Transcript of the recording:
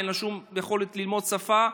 אין לה שום יכולת ללמוד שפה,